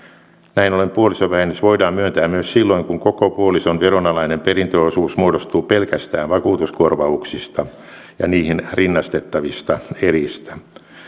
näin ollen puolisovähennys voidaan myöntää myös silloin kun koko puolison veronalainen perintöosuus muodostuu pelkästään vakuutuskorvauksista ja niihin rinnastettavista eristä